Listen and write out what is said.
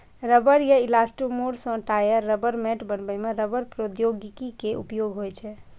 रबड़ या इलास्टोमोर सं टायर, रबड़ मैट बनबै मे रबड़ प्रौद्योगिकी के उपयोग होइ छै